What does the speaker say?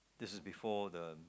this is before the